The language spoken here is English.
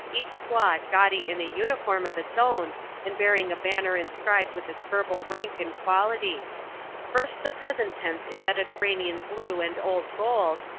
each squad gaudy in a uniform of its own and bearing a banner inscribed with its verbal rank and quality first the present tense in mediterranean blue and old gold,